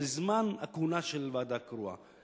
לזמן הכהונה של ועדה קרואה.